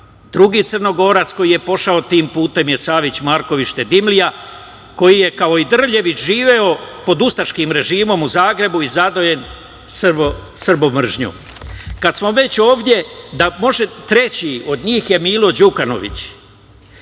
Drugi Crnogorac koji je pošao tim putem je Savić Marković Štedimlija, koji je kao i Drljević živeo pod ustaškim režimom u Zagrebu i zadojen srbomržnjom. Kad smo već ovde, treći od njih je Milo Đukanović.E,